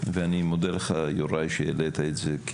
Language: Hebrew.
ואני מודה לך, יוראי, שהעלית את זה.